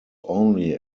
only